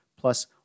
plus